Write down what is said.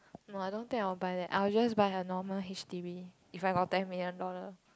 no I don't think I'll buy that I'll just buy a normal H_D_B if I got ten million dollar